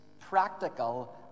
practical